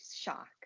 shock